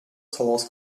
salos